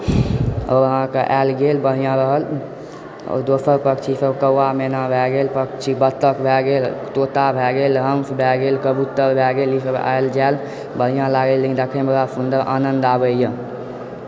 आओर अहाँकेँ आएल गेल बढ़िआँ रहल आओर दोसर पक्षी सब कौआ मैना भए गेल पक्षी बत्तक भए गेल तोता भए गेल हंस भए गेल कबूत्तर भए गेल ई सब आएल जाएल बढ़िआँ लागैए लेकिन देखैमे बड़ा सुन्दर आनन्द आबैए